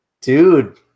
Dude